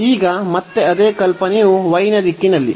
ಈಗ ಮತ್ತೆ ಅದೇ ಕಲ್ಪನೆಯು y ನ ದಿಕ್ಕಿನಲ್ಲಿ